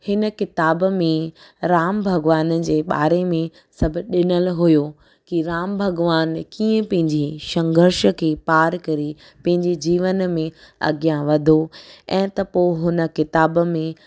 हिन किताब में राम भॻवान जे बारे में सभु ॾिनलु हुयो की राम भॻवानु कीअं पंहिंजी संघर्ष खे पार करे पंहिंजी जीवन में अॻियां वधियो ऐं त पोइ हुन किताब में